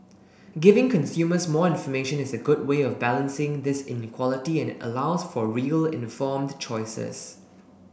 giving consumers more information is a good way of balancing this inequality and allows for real informed choices